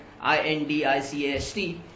Indicast